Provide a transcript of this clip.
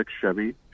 Chevy